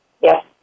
Yes